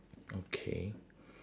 okay